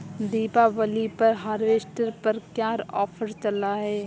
दीपावली पर हार्वेस्टर पर क्या ऑफर चल रहा है?